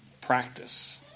practice